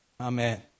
Amen